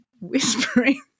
whispering